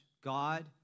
God